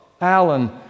Alan